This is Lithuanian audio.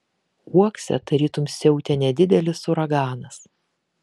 uokse tarytum siautė nedidelis uraganas